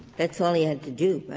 that's all he had to do,